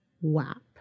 WAP